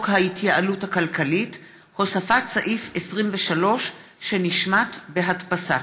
ההתייעלות הכלכלית) הוספת סעיף 23 שנשמט בהדפסה.